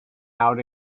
out